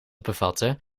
bevatten